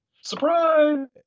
Surprise